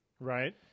Right